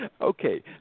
Okay